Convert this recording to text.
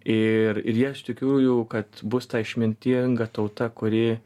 ir jie aš tikiu jau kad bus ta išmintinga tauta kuri